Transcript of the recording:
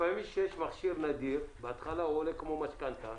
לפעמים כשיש מכשיר נדיר בהתחלה הוא עולה כמו משכנתה